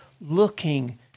looking